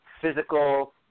physical